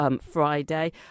Friday